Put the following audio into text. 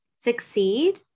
succeed